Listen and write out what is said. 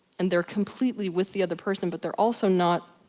and they're completely with the other person but they're also not,